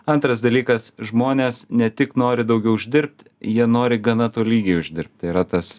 antras dalykas žmonės ne tik nori daugiau uždirbt jie nori gana tolygiai uždirbt tai yra tas